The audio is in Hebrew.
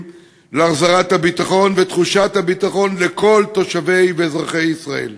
להחזרת הביטחון ותחושת הביטחון לכל תושבי ואזרחי ישראל.